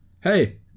Hey